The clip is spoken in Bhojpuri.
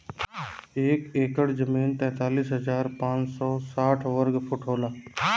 एक एकड़ जमीन तैंतालीस हजार पांच सौ साठ वर्ग फुट होला